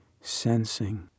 sensing